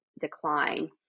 decline